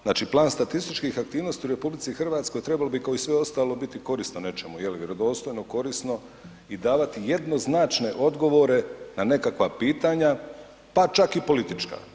Znači plan statističkih aktivnosti u RH trebao bi kao i sve ostalo biti korisno nečemu i vjerodostojno korisno i davati jednoznačne odgovore na neka pitanja pa čak i politička.